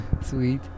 Sweet